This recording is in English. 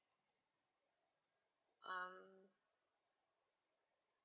um